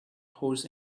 horse